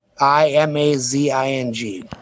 i-m-a-z-i-n-g